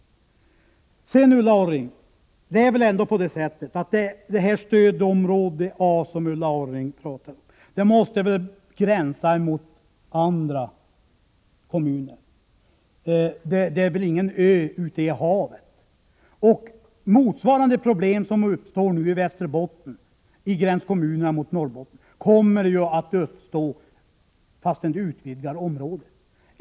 Det är väl ändå på det sättet att kommunerna i stödområde A, som Ulla Orring talar om, gränsar till några kommuner; det är väl ingen ö ute i havet? De problem som nu uppstår i Västerbotten i gränskommunerna mot Norrbotten kommer att uppstå i gränskommunerna även om vi utvidgar området.